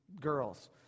girls